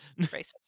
Racist